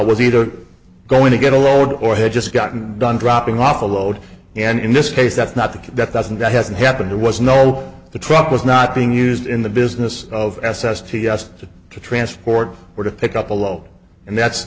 was either going to get a load or had just gotten done dropping off a load and in this case that's not the case that doesn't that hasn't happened there was no the truck was not being used in the business of s s t yesterday to transport or to pick up a low and that's